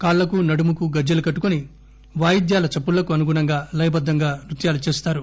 కాళ్ళకు నడుముకు గజ్లెలు కట్టుకొని వాయిద్యాల చప్పకు అనుగుణంగా లయబద్దంగా నృత్యాలు చేస్తారు